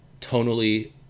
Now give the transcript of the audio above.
tonally